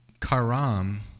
Karam